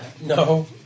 No